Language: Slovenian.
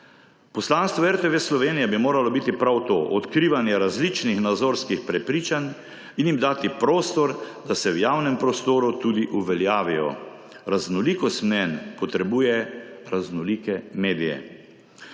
Poslanstvo RTV Slovenija bi moralo biti prav to odkrivanje različnih nazorskih prepričanj in jim dati prostor, da se v javnem prostoru tudi uveljavijo. Raznolikost mnenj potrebuje raznolike medije.